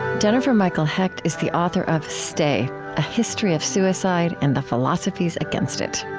jennifer michael hecht is the author of stay a history of suicide and the philosophies against it